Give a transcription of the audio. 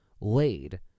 laid